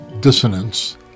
dissonance